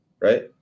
right